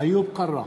איוב קרא,